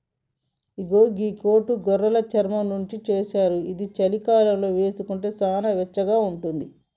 ఇగో గీ కోటు గొర్రెలు చర్మం నుండి చేశారు ఇది చలికాలంలో వేసుకుంటే సానా వెచ్చగా ఉంటది